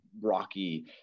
rocky